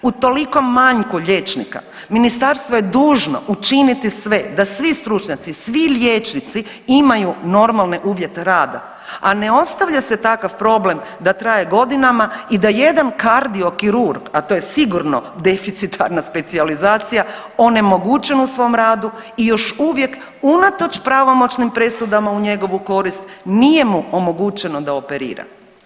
U tolikom manjku liječnika ministarstvo je dužno učiniti sve da svi stručnjaci, svi liječnici imaju normalne uvjete rada, a ne ostavlja se takav problem da traje godinama i da jedan kardiokirurg, a to je sigurno deficitarna specijalizacija, onemogućen u svom radu i još uvijek unatoč pravomoćnim presudama u njegovu korist nije mu omogućeno da operira.